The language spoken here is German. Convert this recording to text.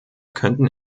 könnten